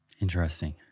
Interesting